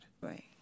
Right